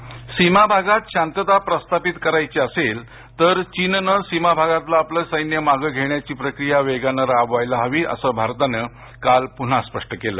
चीन सीमा भागात शांतता प्रस्थापित करायची असेल तर चीननं सीमा भागातलं आपल सैन्य मागे घेण्याची प्रक्रिया वेगानं राबवायला हवी असं भारतानं काल पुन्हा स्पष्ट केलं